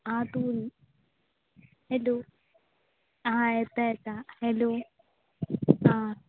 आं तूं हॅलो आं येता येता हॅलो आं